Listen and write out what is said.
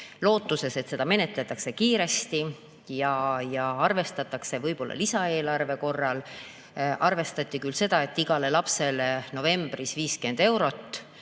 lootuses, et seda menetletakse kiiresti ja arvestatakse võib‑olla lisaeelarve korral. Arvestati küll seda, et igale lapsele novembris 50 eurot